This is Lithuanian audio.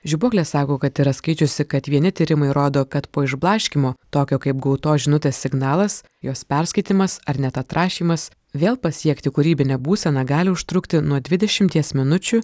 žibuoklė sako kad yra skaičiusi kad vieni tyrimai rodo kad po išblaškymo tokio kaip gautos žinutės signalas jos perskaitymas ar net atrašymas vėl pasiekti kūrybinę būseną gali užtrukti nuo dvidešimties minučių